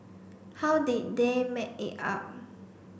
how did they make it up